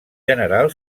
general